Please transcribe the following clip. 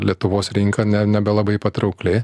lietuvos rinka ne nebelabai patraukli